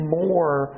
more